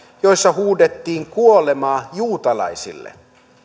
joissa huudettiin kuolemaa juutalaisille